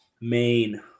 Main